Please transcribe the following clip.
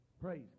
Praise